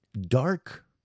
dark